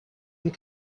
not